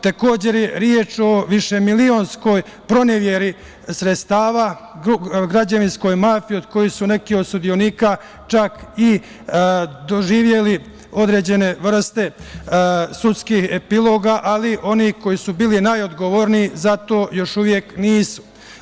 Takođe, reč je o višemilionskoj proneveri sredstava, građevinskoj mafiji, od kojih su neki od sudionika čak i doživeli određene vrste sudskih epiloga, ali oni koji su bili najodgovorniji za to još uvek nisu.